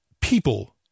people